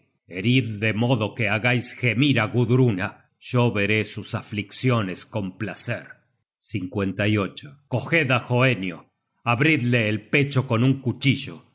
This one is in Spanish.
de modo que hagais gemir á gudruna yo veré sus aflicciones con placer coged á hoenio abridle el pecho con un cuchillo